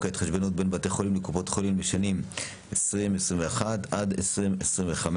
ההתחשבנות בין בתי החולים לקופות החולים לשנים 2021 עד 2025,